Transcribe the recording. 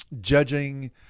judging